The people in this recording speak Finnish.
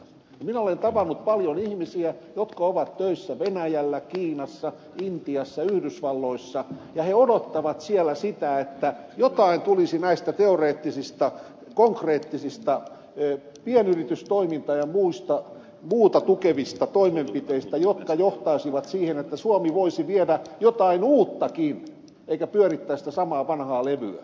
minä olen tavannut paljon ihmisiä jotka ovat töissä venäjällä kiinassa intiassa yhdysvalloissa ja he odottavat siellä sitä että jotain tulisi näistä teoreettisista konkreettisista pienyritystoimintaa ja muuta tukevista toimenpiteistä jotka johtaisivat siihen että suomi voisi viedä jotain uuttakin eikä pyörittää sitä samaa vanhaa levyä